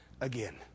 again